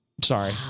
Sorry